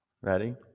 Ready